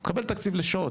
הוא מקבל תקציב לפי שעות.